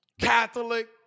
Catholic